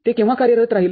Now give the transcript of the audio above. ते केव्हा कार्यरत राहील